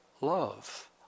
love